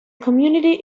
community